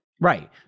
Right